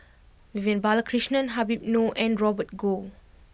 Vivian Balakrishnan Habib Noh and Robert Goh